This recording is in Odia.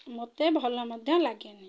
ମତେ ଭଲ ମଧ୍ୟ ଲାଗେନି